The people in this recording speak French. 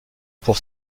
pour